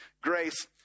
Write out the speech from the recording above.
grace